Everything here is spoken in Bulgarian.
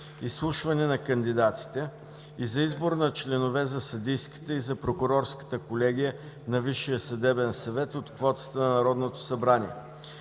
изслушване на кандидатите и за избор на членове за съдийската и за прокурорската колегия на Висшия съдебен съвет от квотата на Народното събрание